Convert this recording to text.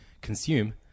consume